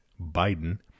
Biden